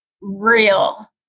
real